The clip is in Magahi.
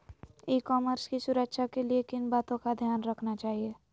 ई कॉमर्स की सुरक्षा के लिए किन बातों का ध्यान रखना चाहिए?